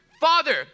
father